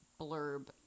blurb